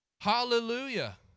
Hallelujah